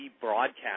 broadcast